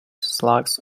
slugs